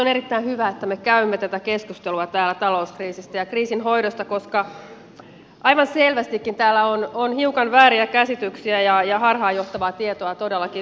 on erittäin hyvä että me käymme tätä keskustelua täällä talouskriisistä ja kriisin hoidosta koska aivan selvästikin täällä on hiukan vääriä käsityksiä ja harhaanjohtavaa tietoa todellakin liikkuu